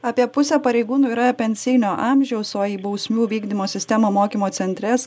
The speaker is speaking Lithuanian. apie pusė pareigūnų yra pensinio amžiaus o į bausmių vykdymo sistemą mokymo centre